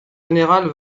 général